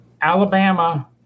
Alabama